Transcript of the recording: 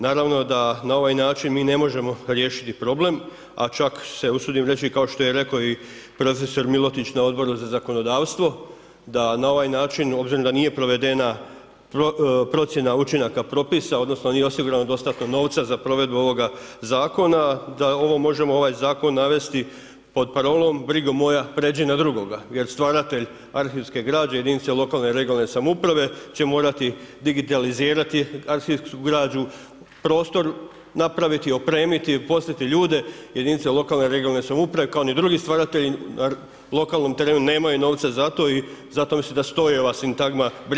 Naravno da na ovaj način mi ne možemo riješiti problem, a čak se usudim reći kao što je rekao i prof. MIlotić na Odboru za zakonodavstvo da na ovaj način obzirom da nije provedena procjena učinaka propisa odnosno nije osigurano dostatno novca za provedbu ovoga zakona da ovaj zakon možemo navesti pod parolom „Brigo moja pređi na drugoga“ jer stvaratelj arhivske građe jedinice lokalne i regionalne samouprave će morati digitalizirati arhivsku građu, prostor napraviti, opremiti, uposliti ljude jedinice lokalne i regionalne samouprave kao ni drugi stvaratelji na lokalnom terenu nemaju novca za to i zato mislim da stoji ova sintagma „Brigo moja pređi na drugoga“